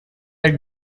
the